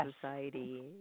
society